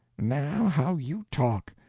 now how you talk!